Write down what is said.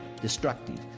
destructive